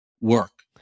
work